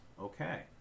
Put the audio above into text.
okay